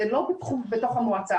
זה לא בתוך המועצה.